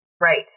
Right